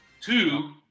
Two